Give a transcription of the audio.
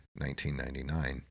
1999